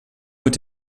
mit